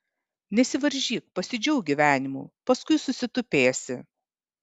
nesivaržyk pasidžiauk gyvenimu paskui susitupėsi